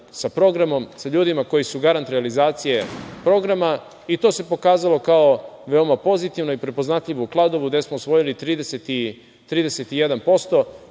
sa programom, sa ljudima koji su garant realizacije programa i to se pokazalo kao veoma poznato i prepoznatljivo u Kladovu, gde smo osvojili 31%.